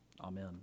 amen